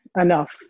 enough